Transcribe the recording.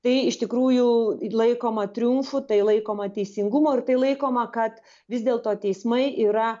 tai iš tikrųjų laikoma triumfu tai laikoma teisingumu ir tai laikoma kad vis dėlto teismai yra